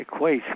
equates